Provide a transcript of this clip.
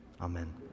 amen